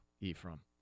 Ephraim